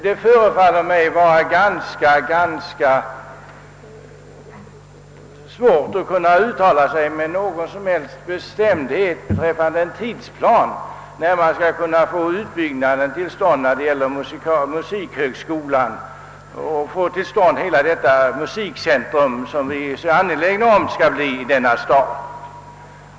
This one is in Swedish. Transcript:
Det förefaller mig vara svårt att med någon som helst bestämdhet uttala sig om när man kan få till stånd en utbyggnad av musikhögskolan samt upprätta det musikcentrum, som vi i denna stad är så angelägna om.